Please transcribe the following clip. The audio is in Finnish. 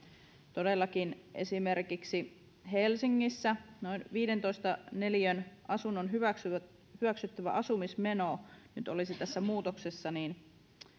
todellakin esimerkiksi helsingissä noin viidentoista neliön asunnon hyväksyttävä hyväksyttävä asumismeno nyt olisi tässä muutoksessa